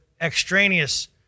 extraneous